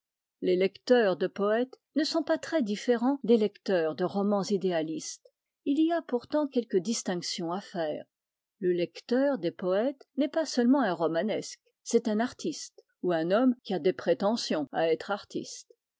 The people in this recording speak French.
les lecteurs de poètes ne sont pas très différents des lecteurs de romans idéalistes il y a pourtant quelque distinction à faire le lecteur des poètes n'est pas seulement un romanesque c'est un artiste ou un homme qui a des prétentions à être artiste